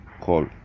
Call